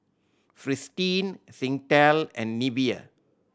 Fristine Singtel and Nivea